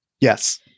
Yes